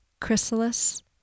chrysalis